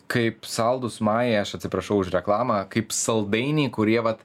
kaip saldūs majai aš atsiprašau už reklamą kaip saldainiai kurie vat